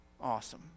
Awesome